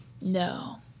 No